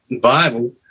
Bible